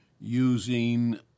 using